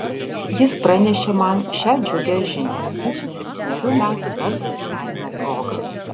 jis pranešė man šią džiugią žinią mūsų septynerių metų bendro gyvenimo proga